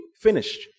Finished